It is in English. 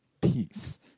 peace